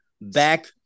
back